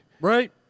Right